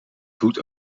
voet